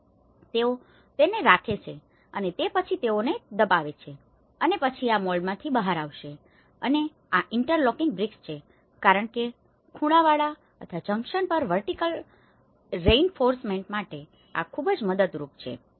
તેથી તેઓ તેને રાખે છે અને તે પછી તેઓ તેને દબાવે છે અને પછી આ મોલ્ડમાંથી બહાર આવશે અને આ ઇન્ટરલોકિંગ ઇંટો છે કારણ કે ખૂણા અથવા જંકશન પર વર્ટીકલ રેઇનફોર્સમેન્ટ માટે આ ખૂબ જ મદદરૂપ છે